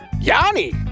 Yanni